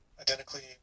identically